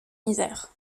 misère